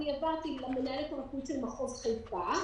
אני העברתי למנהלת הרפואית של מחוז חיפה,